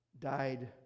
died